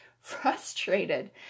frustrated